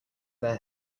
their